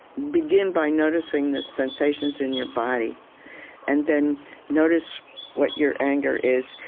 begin by noticing the sensations in your body and then notice what your anger is.